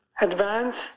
advance